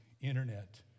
internet